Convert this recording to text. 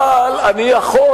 אבל אני יכול,